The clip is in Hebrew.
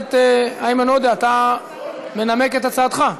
הכנסת איימן עודה, אתה מנמק את הצעתך?